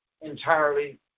entirely